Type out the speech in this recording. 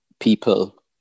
People